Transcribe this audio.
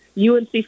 UNC